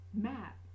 Matt